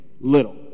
little